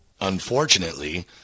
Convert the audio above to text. Unfortunately